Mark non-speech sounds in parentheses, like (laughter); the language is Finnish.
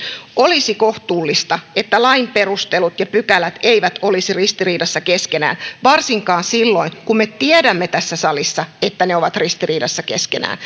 olisi kohtuullista että lain perustelut ja pykälät eivät olisi ristiriidassa keskenään varsinkin silloin kun me tiedämme tässä salissa että ne ovat ristiriidassa keskenään (unintelligible)